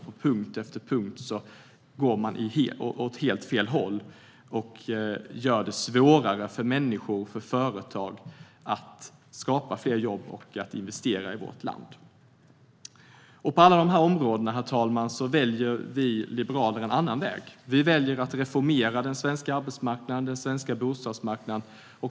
På punkt efter punkt går man åt helt fel håll och gör det svårare för människor och företag att skapa fler jobb och investera i vårt land. På alla dessa områden, herr talman, väljer vi liberaler en annan väg. Vi väljer att reformera den svenska arbetsmarknaden och den svenska bostadsmarknaden.